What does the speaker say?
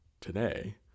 today